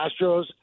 Astros